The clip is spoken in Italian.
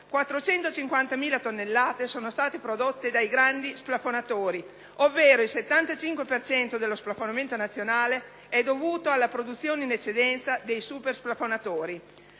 450.000 tonnellate sono state prodotte dai grandi splafonatori, ovvero il 75 per cento dello splafonamento nazionale è dovuto alla produzione in eccedenza dei supersplafonatori.